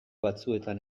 batzuetan